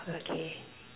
okay